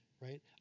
right